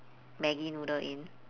maggi noodle in